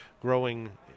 growing